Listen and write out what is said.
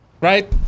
Right